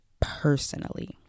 personally